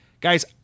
guys